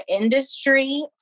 industry